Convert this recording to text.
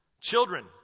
Children